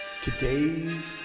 Today's